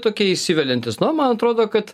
tokie įsiveliantys na man atrodo kad